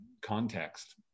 context